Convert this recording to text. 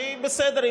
שהיא בסדר,